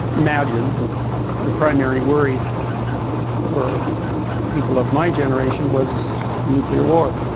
imagined and the primary worry for people of my generation was nuclear war